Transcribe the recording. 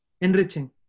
Enriching